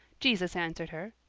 jesus answered her,